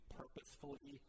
purposefully